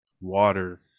water